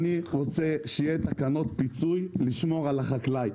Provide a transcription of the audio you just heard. אני רוצה שיהיו תקנות פיצוי כדי לשמור על החקלאי.